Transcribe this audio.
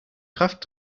kraft